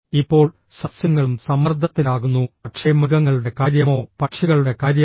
ഇപ്പോൾ സസ്യങ്ങളും സമ്മർദ്ദത്തിലാകുന്നു പക്ഷേ മൃഗങ്ങളുടെ കാര്യമോ പക്ഷികളുടെ കാര്യമോ